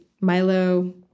Milo